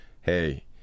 Hey